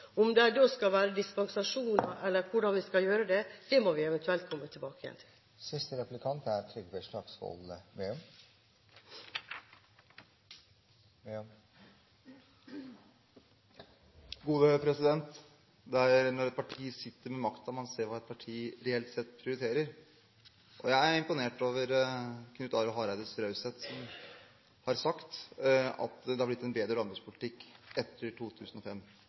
Om det så skal være dispensasjoner, eller hvordan vi skal gjøre dette, må vi eventuelt komme tilbake til. Det er når et parti sitter ved makten, at man ser hvordan et parti reelt sett prioriterer, og jeg er imponert over Knut Arild Hareides raushet, for han har sagt at det har blitt en bedre landbrukspolitikk etter 2005.